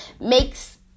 makes